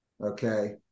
Okay